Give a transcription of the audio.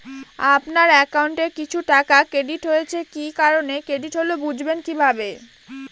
আপনার অ্যাকাউন্ট এ কিছু টাকা ক্রেডিট হয়েছে কি কারণে ক্রেডিট হল বুঝবেন কিভাবে?